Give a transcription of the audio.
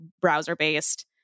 browser-based